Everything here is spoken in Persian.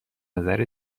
نظر